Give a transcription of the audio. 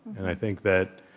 and i think that